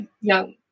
young